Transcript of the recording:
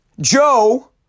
Joe